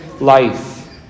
life